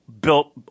Built